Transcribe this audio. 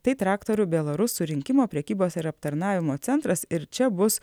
tai traktorių belarus surinkimo prekybos ir aptarnavimo centras ir čia bus